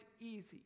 easy